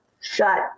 shut